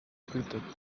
kwita